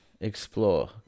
explore